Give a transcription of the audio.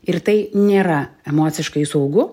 ir tai nėra emociškai saugu